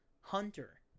Hunter